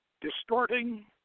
distorting